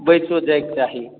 बैचो जाइक चाही